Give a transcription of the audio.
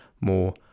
more